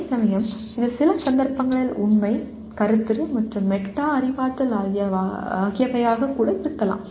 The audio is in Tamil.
அதேசமயம் இது சில சந்தர்ப்பங்களில் உண்மை கருத்துரு மற்றும் மெட்டா அறிவாற்றல் ஆகியவையாக இருக்கலாம்